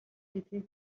гэдгийг